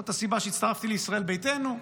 זאת הסיבה שהצטרפתי לישראל ביתנו,